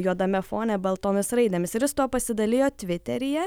juodame fone baltomis raidėmis ir jis tuo pasidalijo tviteryje